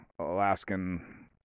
Alaskan